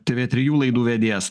tv trijų laidų vedėjas